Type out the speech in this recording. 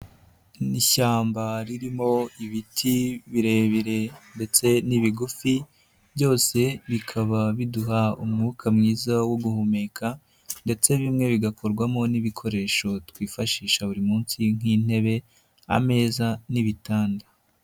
Ni ishyamba ririmo ibiti birebire ndetse n'ibigufi, byose bikaba biduha umwuka mwiza wo guhumeka ndetse bimwe bigakorwamo n'ibikoresho, twifashisha buri munsi nk'intebe, ameza n'ibitanda.